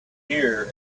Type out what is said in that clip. here